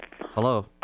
Hello